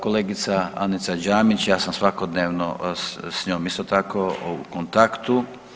Kolegica Anica Đamić ja sam svakodnevno sa njom isto tako u kontaktu.